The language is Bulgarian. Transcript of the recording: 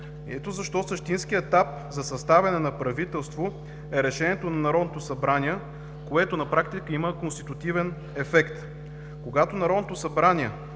Ето защо същинският етап за съставяне на правителство е решението на Народното събрание, което на практика има конститутивен ефект. Когато Народното събрание